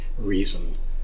reason